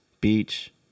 beach